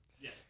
Yes